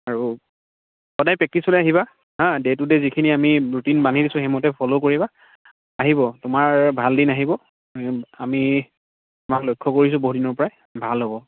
আৰু সদাই পেক্টিছলৈ আহিবা হা ডে' টু ডে' যিখিনি আমি ৰুটিন বান্ধি দিছোঁ সেই মতে ফ'ল' কৰিবা আহিব তোমাৰ ভাল দিন আহিব আমি তোমাক লক্ষ্য কৰিছোঁ বহু দিনৰ পৰাই ভাল হ'ব